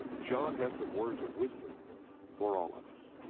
john has some words of wisdom for all of us.